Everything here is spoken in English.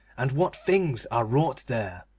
and what things are wrought there